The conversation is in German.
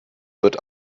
wird